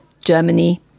Germany